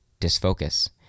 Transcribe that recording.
disfocus